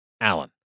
Allen